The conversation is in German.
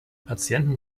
patienten